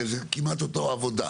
הרי זו כמעט אותה עבודה.